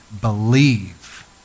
believe